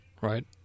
right